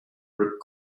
ripped